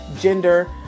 gender